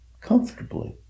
comfortably